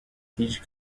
tiges